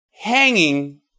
Hanging